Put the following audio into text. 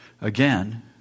Again